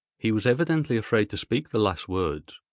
he was evidently afraid to speak the last words.